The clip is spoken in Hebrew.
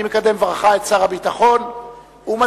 אני מקדם בברכה את שר הביטחון ומזמין,